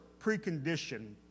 precondition